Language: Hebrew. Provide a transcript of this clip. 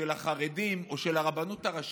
של החרדים או של הרבנות הראשית,